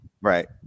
right